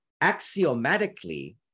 axiomatically